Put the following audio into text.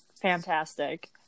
fantastic